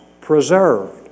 preserved